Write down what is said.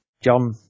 John